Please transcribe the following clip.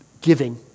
giving